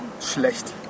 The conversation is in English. schlecht